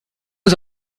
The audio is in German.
ist